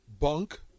bunk